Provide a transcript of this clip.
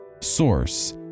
source